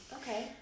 okay